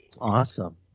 Awesome